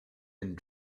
and